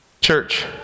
Church